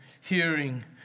hearing